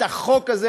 את החוק הזה,